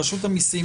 רשות המסים,